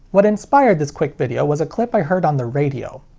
what inspired this quick video was a clip i heard on the radio.